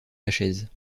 lachaise